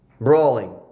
Brawling